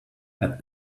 add